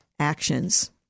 Actions